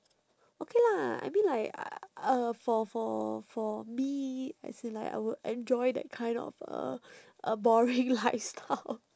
okay lah I mean like uh for for for me as in like I would enjoy that kind of uh uh boring lifestyle